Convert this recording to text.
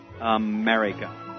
America